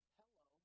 hello